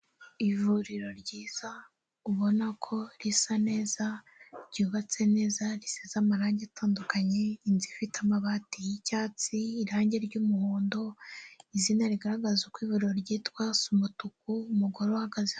Ivuriro ryiza ubona ko risa neza ryubatse neza risize amarange atandukanye, inzu ifite amabati y'icyatsi, irange ry'umuhondo, izina rigaragaza uko ivuriro ryitwa hasa umutuku umugore uhagaze.